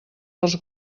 dels